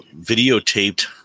videotaped